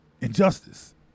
injustice